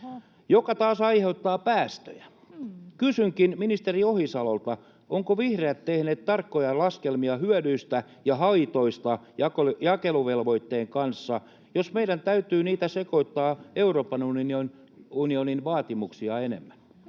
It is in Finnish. mikä taas aiheuttaa päästöjä. Kysynkin ministeri Ohisalolta: ovatko vihreät tehneet tarkkoja laskelmia hyödyistä ja haitoista jakeluvelvoitteen kanssa, jos meidän täytyy niitä sekoittaa Euroopan unionin vaatimuksia enemmän?